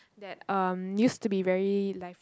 that um used to be very lively